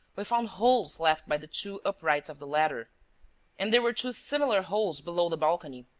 we found holes left by the two uprights of the ladder and there were two similar holes below the balcony.